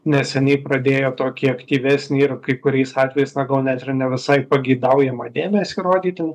neseniai pradėjo tokį aktyvesnį ir kai kuriais atvejais na gal net ir ne visai pageidaujamą dėmesį rodyti